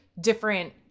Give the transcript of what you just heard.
different